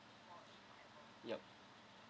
yup